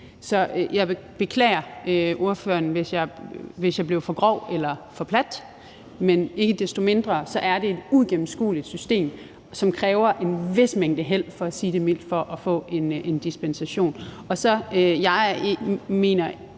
over for ordføreren, hvis jeg blev for grov eller for plat, men ikke desto mindre er det et uigennemskueligt system, som kræver en vis mængde held – for at sige det mildt – for at få en dispensation. Jeg mener ikke,